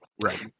Right